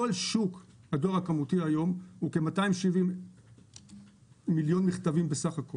כל שוק הדואר הכמותי היום הוא בסך הכול כ-270 מיליון מכתבים.